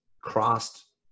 crossed